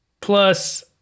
Plus